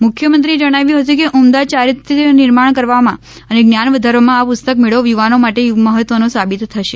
મુખ્યમંત્રીએ જણાવ્યું હતું કે ઉમદા ચારિત્ર્ય નિર્માણ કરવામાં અને જ્ઞાન વધારવામાં આ પુસ્તક મેળો યુવાનો માટે મહત્વનો સાબિત થશે